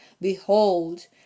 behold